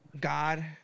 God